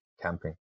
camping